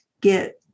get